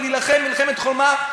ולהילחם מלחמת חורמה.